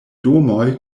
domoj